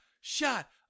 Shot